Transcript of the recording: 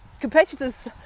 competitors